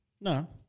No